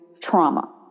trauma